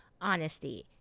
honesty